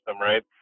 right